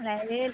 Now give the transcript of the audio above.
line গাড়ী